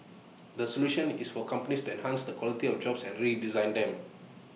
the solution is for companies enhance the quality of jobs and redesign them